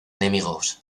enemigos